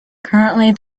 currently